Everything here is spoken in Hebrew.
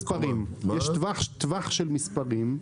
קומה זה טווח של מספרים.